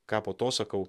ką po to sakau